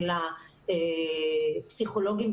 לפסיכולוגים,